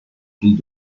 fil